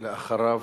אחריו,